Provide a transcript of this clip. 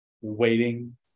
waiting